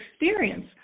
experience